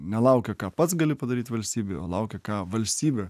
nelaukia ką pats gali padaryt valstybei o laukia ką valstybė